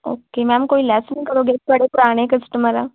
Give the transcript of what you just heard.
okay ma'am ਕੋਈ less ਨਹੀਂ ਕਰੋਗੇ ਤੁਹਾਡੇ ਪੁਰਾਣੇ ਕਸਟਮਰ ਆ